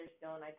stone